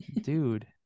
Dude